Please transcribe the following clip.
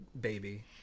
baby